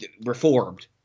reformed